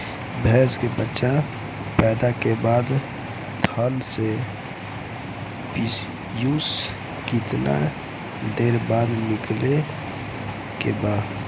भैंस के बच्चा पैदा के बाद थन से पियूष कितना देर बाद निकले के बा?